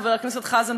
חבר הכנסת חזן,